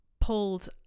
pulled